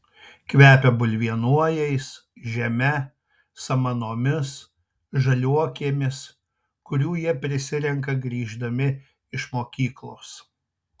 kvepia bulvienojais žeme samanomis žaliuokėmis kurių jie prisirenka grįždami iš mokyklos